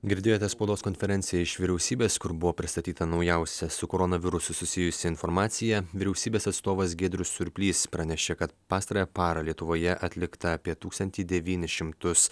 girdėjote spaudos konferenciją iš vyriausybės kur buvo pristatyta naujausia su koronavirusu susijusi informacija vyriausybės atstovas giedrius surplys pranešė kad pastarąją parą lietuvoje atlikta apie tūkstantį devynis šimtus